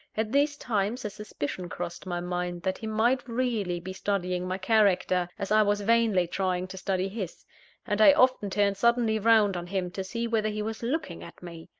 at these times a suspicion crossed my mind that he might really be studying my character, as i was vainly trying to study his and i often turned suddenly round on him, to see whether he was looking at me.